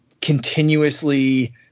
continuously